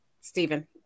Stephen